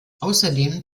außerdem